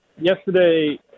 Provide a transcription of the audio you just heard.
Yesterday